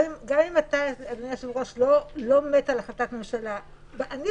גם אם אתה אדוני היושב ראש לא מת על החלטת ממשלה --- לא.